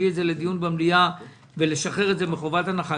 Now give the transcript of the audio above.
אותן לדיון במליאה ולשחרר אותן מחובת הנחה,